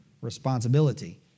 responsibility